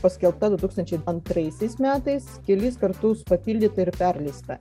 paskelbta du tūkstančiai antraisiais metais kelis kartus papildyta ir perleista